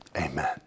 Amen